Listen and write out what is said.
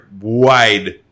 wide